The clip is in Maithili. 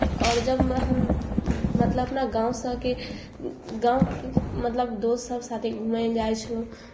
आओर जब हम मतलब ने अपना गाँव सभके गाँवके मतलब दोस्त सभ साथे घूमय लए जाइ छलहुँ